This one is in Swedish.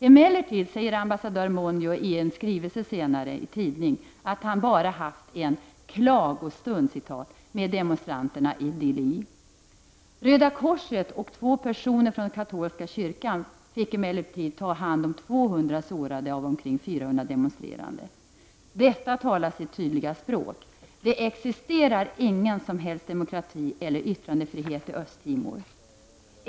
Emellertid säger ambassadör Monjo i en skrivelse senare i en tidning att han bara haft en ”klagostund” med demonstranterna i Dili. Röda korset och två personer från den katolska kyrkan fick ändå ta hand om 200 sårade av omkring 400 demonstrerande. Detta talar sitt tydliga språk! Det existerar ingen som helst demokrati eller yttrandefrihet i Östra Timor.